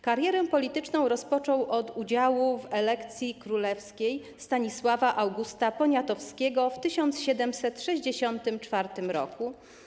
Karierę polityczną rozpoczął od udziału w elekcji królewskiej Stanisława Augusta Poniatowskiego w 1764 roku.